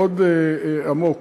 מאוד עמוק,